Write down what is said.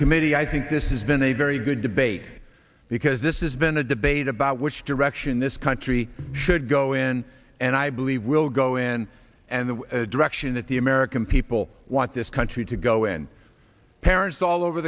committee i think this has been a very good debate because this is been a debate about which direction this country should go in and i believe will go in and the direction that the american people want this country to go and parents all over